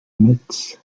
metz